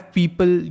people